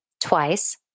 twice